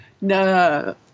no